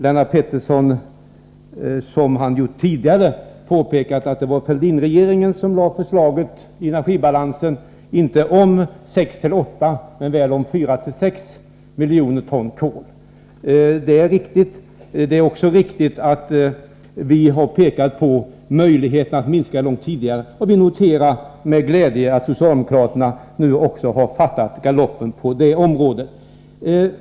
Lennart Pettersson har nu liksom tidigare påpekat att det var Fälldinregeringen som lade fram förslaget när det gäller energibalansen, men inte om 6-8, utan väl om 4-6 miljoner ton kol. Detta är riktigt. Det är också riktigt att centern tidigare har pekat på möjligheterna till minskad kolanvändning. Vi noterar med glädje att socialdemokraterna nu också är med på den linjen.